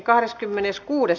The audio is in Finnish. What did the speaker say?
asia